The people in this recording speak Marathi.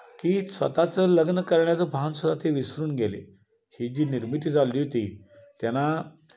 की स्वतःचं लग्न करण्याचं भान सुद्धा ते विसरून गेले ही जी निर्मिती चालली होती त्यांना